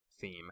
theme